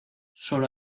solo